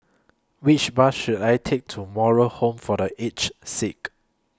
Which Bus should I Take to Moral Home For The Aged Sick